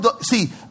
see